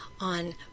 on